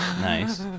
Nice